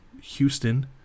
Houston